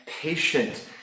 patient